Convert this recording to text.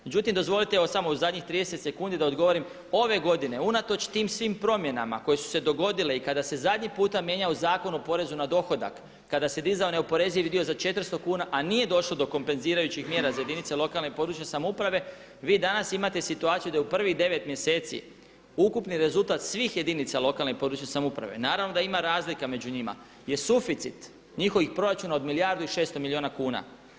Međutim dozvolite samo u zadnjih 30 sekundi da odgovorim, ove godine unatoč svim tim promjenama koje su se dogodile i kada se zadnji puta mijenjao Zakon o porezu na dohodak, kada se dizao neoporezivi dio za 400 kuna, a nije došlo do kompenzirajućih mjera za jedinice lokalne (regionalne) i područne samouprave vi danas imate situaciju da u prvih devet mjeseci ukupni rezultat svih jedinice lokalne (regionalne) i područne samouprave, naravno da ima razlika među njima, je suficit njihovih proračuna od milijardu i 600 milijuna kuna.